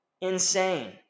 Insane